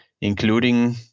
including